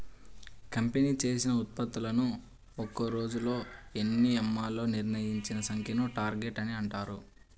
company చేసిన ఉత్పత్తులను ఒక్క రోజులో ఎన్ని అమ్మాలో నిర్ణయించిన సంఖ్యను టార్గెట్ అని అంటారు